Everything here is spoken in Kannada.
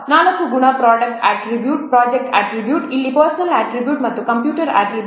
ನಾಲ್ಕು ಗುಣಗಳು ಪ್ರೊಡಕ್ಟ್ ಅಟ್ರಿಬ್ಯೂಟ್ ಪ್ರಾಜೆಕ್ಟ್ ಅಟ್ರಿಬ್ಯೂಟ್ ಇಲ್ಲಿ ಪರ್ಸನ್ನೆಲ್ ಅಟ್ರಿಬ್ಯೂಟ್ ಮತ್ತು ಕಂಪ್ಯೂಟರ್ ಅಟ್ರಿಬ್ಯೂಟ್